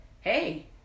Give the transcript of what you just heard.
hey